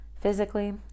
Physically